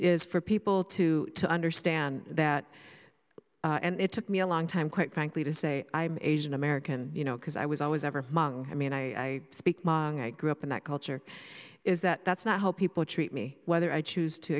is for people to understand that and it took me a long time quite frankly to say i'm asian american you know because i was always ever i mean i speak i grew up in that culture is that that's not how people treat me whether i choose to